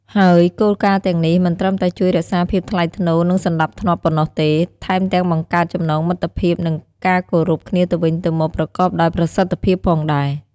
ហើយគោលការណ៍ទាំងនេះមិនត្រឹមតែជួយរក្សាភាពថ្លៃថ្នូរ និងសណ្តាប់ធ្នាប់ប៉ុណ្ណោះទេ ថែមទាំងបង្កើតចំណងមិត្តភាព និងការគោរពគ្នាទៅវិញទៅមកប្រកបដោយប្រសិទ្ធភាពផងដែរ។